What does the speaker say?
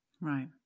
right